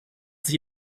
sich